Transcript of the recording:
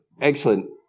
excellent